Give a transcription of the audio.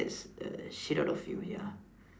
scares the shit out of you ya